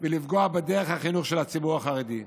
ולפגוע בדרך החינוך של הציבור החרדי.